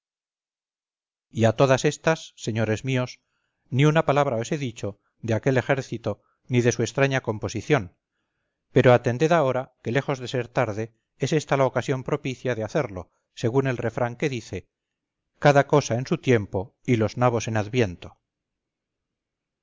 a todas estas señores míos ni una palabra os he dicho de aquel ejército ni de su extraña composición pero atended ahora que lejos de ser tarde es esta la ocasión propicia de hacerlo según el refrán que dice cada cosa en su tiempo y los nabos en adviento